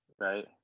right